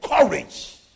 courage